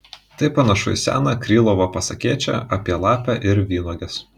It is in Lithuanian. tai panašu į seną krylovo pasakėčią apie lapę ir vynuoges